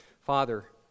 Father